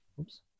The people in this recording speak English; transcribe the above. Oops